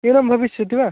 न्यूनं भविष्यति वा